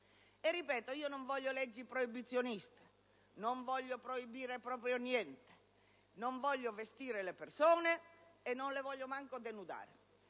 Ripeto: non voglio leggi proibizioniste, non voglio proibire proprio niente; non voglio vestire le persone e non le voglio manco denudare.